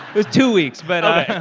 was two weeks. but.